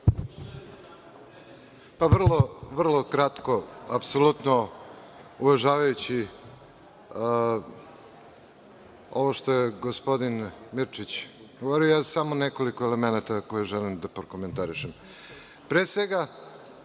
Vrlo, vrlo kratko. Apsolutno, uvažavajući ovo što je gospodin Mirčić govorio, samo nekoliko elemenata koje još želim da prokomentarišem. Pre